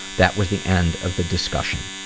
that was the end of the discussion.